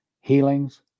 Healings